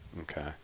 Okay